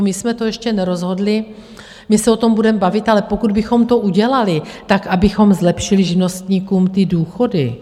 My jsme to ještě nerozhodli, my se o tom budeme bavit, ale pokud bychom to udělali, tak abychom zlepšili živnostníkům ty důchody.